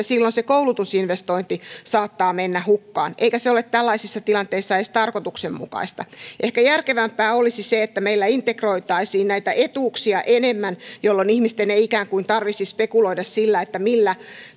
silloin se koulutusinvestointi saattaa mennä hukkaan eikä se ole tällaisissa tilanteissa edes tarkoituksenmukaista ehkä järkevämpää olisi se että meillä integroitaisiin näitä etuuksia enemmän jolloin ihmisten ei ikään kuin tarvitsisi spekuloida sillä millä